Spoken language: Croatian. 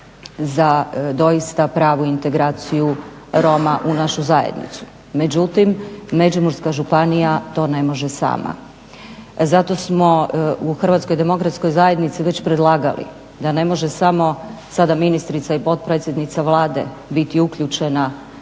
za doista pravu integraciju Roma u našu zajednicu. Međutim, Međimurska županija to ne može sama. Zato smo u HDZ-u već predlagali da ne može samo sada ministrica i potpredsjednica Vlade biti uključena